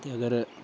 ते अगर